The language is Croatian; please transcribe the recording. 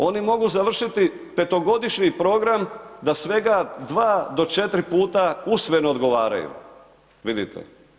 Oni mogu završiti petogodišnji program da svega 2 do 4 usmeno odgovaraju, vidite.